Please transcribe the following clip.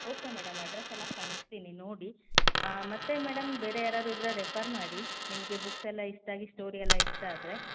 okay madam address ಎಲ್ಲ ಕಳಿಸ್ತೀನಿ ನೋಡಿ ಮತ್ತು ಮೇಡಮ್ ಬೇರೆ ಯಾರಾದರೂ ಇದ್ದರೆ ರೆಫೆರ್ ಮಾಡಿ ನಿಮಗೆ ಬುಕ್ಸ್ ಎಲ್ಲ ಇಷ್ಟ ಆದರೆ ಸ್ಟೋರಿ ಎಲ್ಲ ಇಷ್ಟ ಆದರೆ